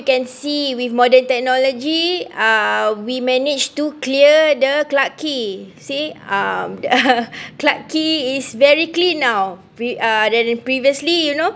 can see with modern technology uh we managed to clear the clarke quay see um clarke quay is very clean now with than previously you know